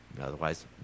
Otherwise